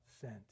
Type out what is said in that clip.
sent